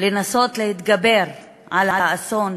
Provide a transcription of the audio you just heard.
לנסות ולהתגבר על האסון